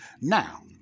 now